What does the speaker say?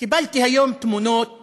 קיבלתי היום תמונות